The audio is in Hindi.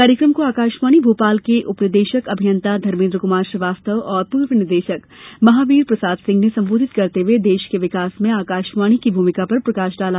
कार्यक्रम को आकाशवाणी भोपाल के उपनिदेशक अभियंता धर्मेन्द्र क्मार श्रीवास्तव और पूर्व निदेशक महावीर प्रसाद सिंह ने संबोधित करते हये देश के विकास में आकाशवाणी की भूमिका पर प्रकाश डाला